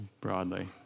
broadly